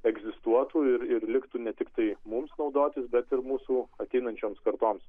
egzistuotų ir ir liktų ne tiktai mums naudotis bet ir mūsų ateinančioms kartoms